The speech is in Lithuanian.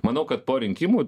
manau kad po rinkimų